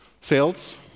Sales